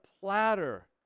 platter